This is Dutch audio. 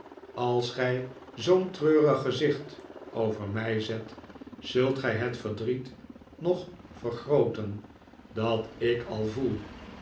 als gij zoo'n treurig gezicht over mij zet zult gij het verdriet nog vergrooten dat ik al voel